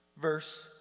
verse